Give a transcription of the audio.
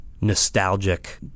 nostalgic